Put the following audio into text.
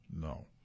No